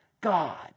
God